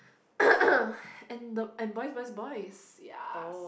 and the and Boys Boys Boys yes